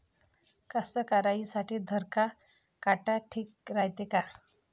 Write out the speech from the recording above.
कास्तकाराइसाठी धरम काटा ठीक रायते का?